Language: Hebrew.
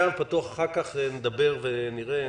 אחר כך נדבר ונראה.